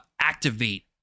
activate